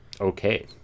Okay